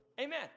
Amen